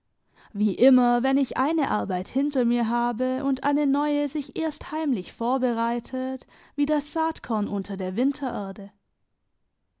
wie immer wenn ich eine arbeit hinter mir habe und eine neue sich erst heimlich vorbereitet wie das saatkorn unter der wintererde